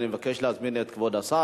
לכן, אני מבקש להזמין את כבוד השר